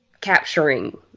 capturing